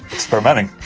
experimenting.